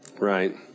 right